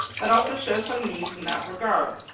but also shows some needs in that regard.